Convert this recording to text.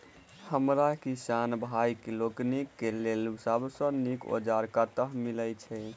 हमरा किसान भाई लोकनि केँ लेल सबसँ नीक औजार कतह मिलै छै?